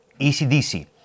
ECDC